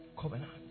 Covenant